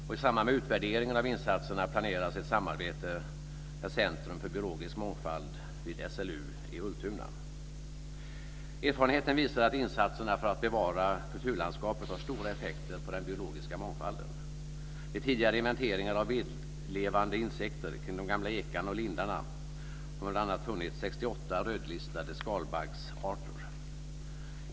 Och i samband med utvärderingen av insatserna planeras ett samarbete med Centrum för biologisk mångfald vid Erfarenheten visar att insatserna för att bevara kulturlandskapet har stora effekter för den biologiska mångfalden. Vid tidigare inventeringar av vedlevande insekter kring de gamla ekarna och lindarna har man bl.a. funnit 68 rödlistade skalbaggsarter.